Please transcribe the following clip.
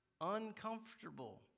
uncomfortable